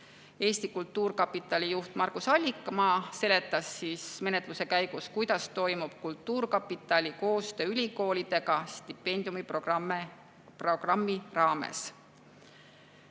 Eesti Kultuurkapitali juht Margus Allikmaa seletas menetluse käigus, kuidas toimub kultuurkapitali koostöö ülikoolidega stipendiumiprogrammi raames.